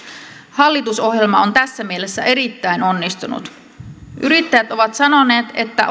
hallitusohjelma on tässä mielessä erittäin onnistunut yrittäjät ovat sanoneet että